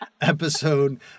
Episode